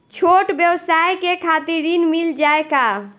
छोट ब्योसाय के खातिर ऋण मिल जाए का?